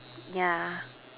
yeah